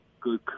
good